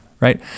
Right